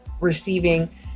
receiving